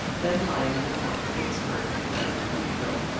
then lying in the port of vicksburgh, and bound to louisville.